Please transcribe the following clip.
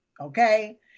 okay